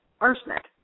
arsenic